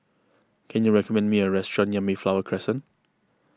can you recommend me a restaurant near Mayflower Crescent